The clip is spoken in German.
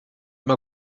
mal